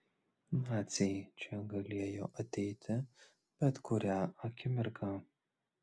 naciai galėjo čia ateiti bet kurią akimirką